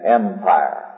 empire